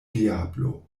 diablo